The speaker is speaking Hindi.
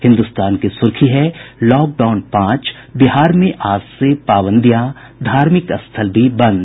हिन्दुस्तान की सुर्खी है लॉकडाउन पांचः बिहार में आज से पाबंदियां धार्मिक स्थल भी बंद